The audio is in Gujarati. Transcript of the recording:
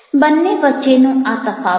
બંને વચ્ચેનો આ તફાવત છે